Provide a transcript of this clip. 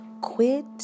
quit